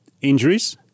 injuries